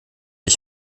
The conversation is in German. ich